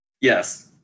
Yes